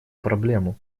проблему